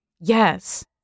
Yes